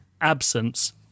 absence